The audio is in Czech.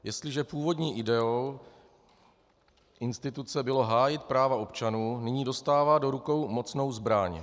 Jestliže původní ideou instituce bylo hájit práva občanů, nyní dostává do rukou mocnou zbraň.